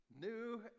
New